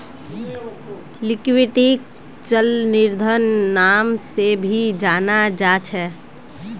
लिक्विडिटीक चल निधिर नाम से भी जाना जा छे